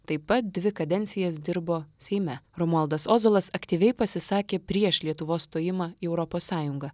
taip pat dvi kadencijas dirbo seime romualdas ozolas aktyviai pasisakė prieš lietuvos stojimą į europos sąjungą